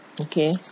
Okay